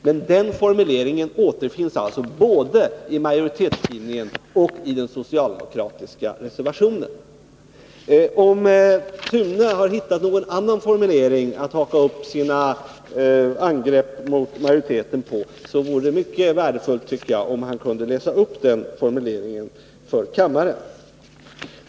Men den formuleringen återfinns både i utskottsmajoritetens skrivning och i den socialdemokratiska reservationen. Om Sune Johansson har hittat någon annan formulering att haka upp sitt angrepp mot utskottsmajoriteten på vore det mycket värdefullt om han kunde läsa upp den formuleringen för kammaren.